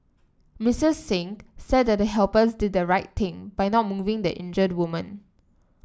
Missus Singh said the helpers did the right thing by not moving the injured woman